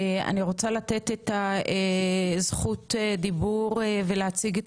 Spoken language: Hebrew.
אני רוצה לתת את זכות הדיבור ולהציג את